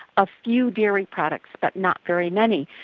a few dairy products but not very many.